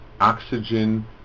oxygen